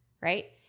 right